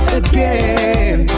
again